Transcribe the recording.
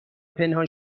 پنهان